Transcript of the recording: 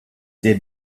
der